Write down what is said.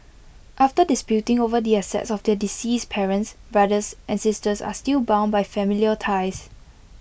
after disputing over the assets of their deceased parents brothers and sisters are still bound by familial ties